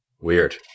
weird